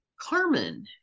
Carmen